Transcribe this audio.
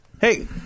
hey